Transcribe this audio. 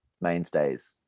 mainstays